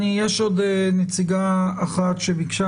יש עוד נציגה אחת שביקשה